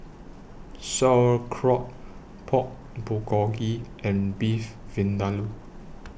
Sauerkraut Pork Bulgogi and Beef Vindaloo